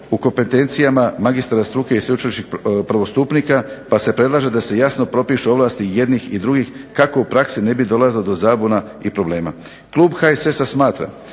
u kompetencijama magistra struke i sveučilišnih prvostupnika pa se predlaže da se jasno propišu ovlasti jednih i drugih kako u praksi ne bi dolazilo do zabuna i problema. Klub HSS-a smatra